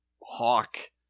hawk